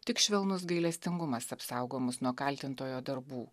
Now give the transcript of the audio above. tik švelnus gailestingumas apsaugo mus nuo kaltintojo darbų